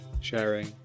sharing